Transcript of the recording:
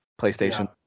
playstation